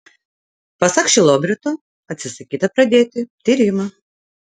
pasak šilobrito atsisakyta pradėti tyrimą